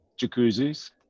jacuzzis